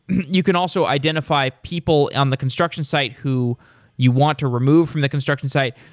you can also identify people on the construction site who you want to remove from the construction site.